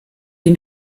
den